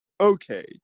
okay